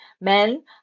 men